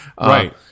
right